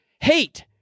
hate